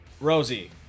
Rosie